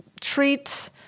treat